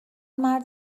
مرد